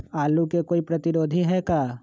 आलू के कोई प्रतिरोधी है का?